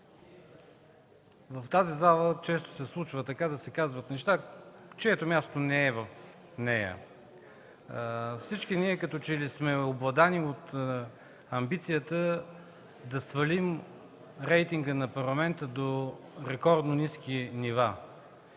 В тази зала често се случва да се казват неща, чието място не е тук. Всички ние като че ли сме обладани от амбицията да свалим рейтинга на Парламента до рекордно ниски нива.